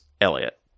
Elliot